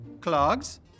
clogs